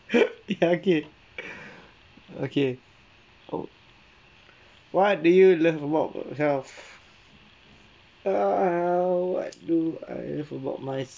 ya okay okay oh what do you love most about yourself well I do I love about myself